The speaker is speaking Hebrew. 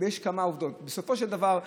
ויש כמה עובדות: בסופו של דבר,